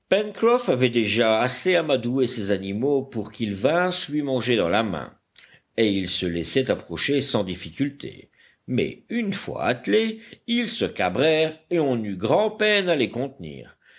avait déjà assez amadoué ces animaux pour qu'ils vinssent lui manger dans la main et ils se laissaient approcher sans difficulté mais une fois attelés ils se cabrèrent et on eut grand'peine à les contenir